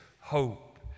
hope